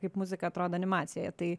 kaip muzika atrodo animacijoje tai